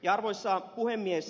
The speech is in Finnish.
arvoisa puhemies